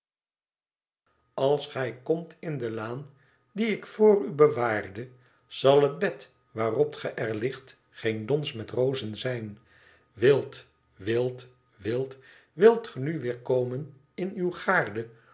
als gij komt in de laan die ik voor u bewaarde zal t bed waarop ge er ligt geen dons met rozen zijn wilt wilt wilt wilt ge nu weer komen in uw